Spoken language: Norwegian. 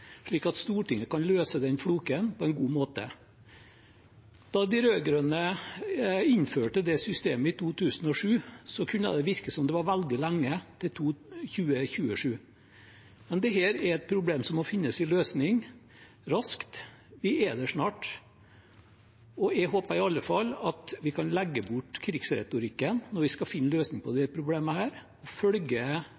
slik at Stortinget kan løse floken på en god måte. Da de rød-grønne innførte det systemet i 2007, kunne det virke som om det var veldig lenge til 2027. Men dette er et problem som må finne sin løsning raskt; vi er der snart. Jeg håper i alle fall at vi kan legge bort krigsretorikken når vi skal finne en løsning på